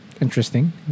interesting